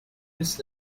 this